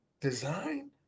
design